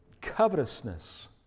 covetousness